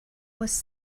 was